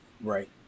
Right